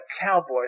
cowboys